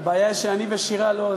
הבעיה היא שאני ושירה לא,